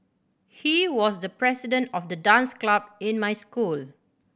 he was the president of the dance club in my school